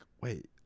wait